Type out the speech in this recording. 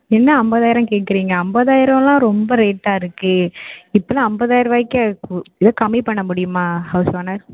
என்ன ஐம்பதாயிரம் கேட்குறீங்க ஐம்பதாயிர ரூபாலாம் ரொம்ப ரேட்டாக இருக்கே இப்பெலாம் ஐம்பதாயிர ரூபாய்க்கே ஏதாவது கம்மி பண்ண முடியுமா ஹவுஸ் ஓனர்